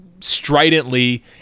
stridently